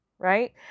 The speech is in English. right